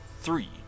Three